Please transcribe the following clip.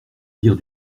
dire